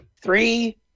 Three